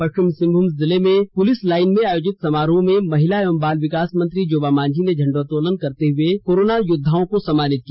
पष्विम सिंहभुम जिले के police line में आयोजित समारोह में महिला एवं बाल विकास मंत्री जोबा मांझी ने झंडोंत्तोलन करते हुए कोरोना योद्वाओं को सम्मानित किया